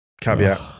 caveat